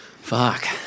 Fuck